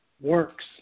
works